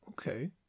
okay